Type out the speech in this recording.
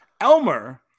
Elmer